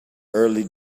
early